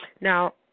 Now